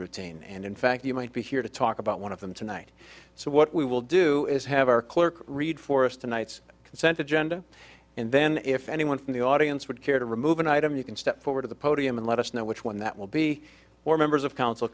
routine and in fact you might be here to talk about one of them tonight so what we will do is have our clerk read for us tonight's concert agenda and then if anyone from the audience would care to remove an item you can step forward to the podium and let us know which one that will be or members of council